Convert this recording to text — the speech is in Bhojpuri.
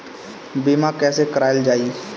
बीमा कैसे कराएल जाइ?